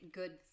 good